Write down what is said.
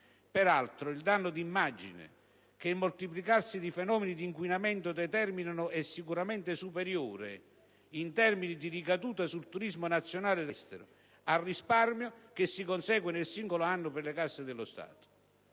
Peraltro, il danno di immagine che il moltiplicarsi di fenomeni di inquinamento determina è sicuramente superiore, in termini di ricaduta sul turismo nazionale ed estero, al risparmio che si consegue nel singolo anno per le casse dello Stato.